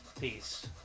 Peace